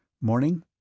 Morning